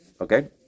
Okay